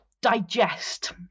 digest